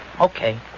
Okay